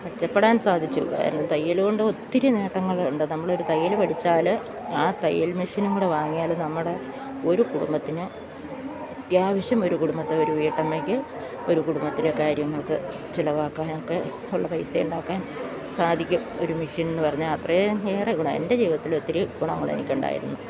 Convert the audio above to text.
മെച്ചപ്പെടാൻ സാധിച്ചു കാരണം തയ്യലുകൊണ്ട് ഒത്തിരി നേട്ടങ്ങൾ ഉണ്ട് നമ്മളൊരു തയ്യൽ പഠിച്ചാൽ ആ തയ്യൽ മെഷീനും കൂടെ വാങ്ങിയാൽ നമ്മുടെ ഒരു കുടുംബത്തിന് അത്യാവിശ്യം ഒരു കുടുംബത്തെ ഒരു വീട്ടമ്മയ്ക്ക് ഒരു കുടുംബത്തിലെ കാര്യങ്ങൾക്ക് ചിലവാക്കാനൊക്കെ ഉള്ള പൈസ ഉണ്ടാക്കാൻ സാധിക്കും ഒരു മിഷീനെന്നു പറഞ്ഞാൽ അത്രയും ഏറെ ഗുണം എൻ്റെ ജീവിതത്തിൽ ഒത്തിരി ഗുണങ്ങൾ എനിക്കുണ്ടായിരുന്നു